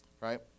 Right